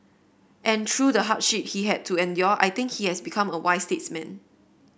and through the hardship he had to endure I think he has become a wise statesman